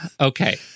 Okay